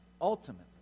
ultimately